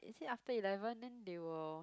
is it after eleven then they will